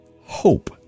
hope